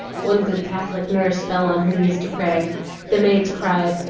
one good catholic nurse fell on her knees to pray the maids cried,